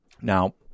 Now